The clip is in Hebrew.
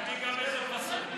תביא גם איזה פסוק.